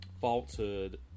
falsehood